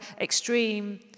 extreme